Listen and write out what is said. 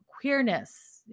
queerness